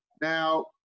now